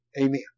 Amen